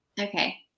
Okay